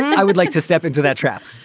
i would like to step into that trap